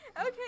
okay